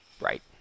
Right